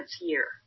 year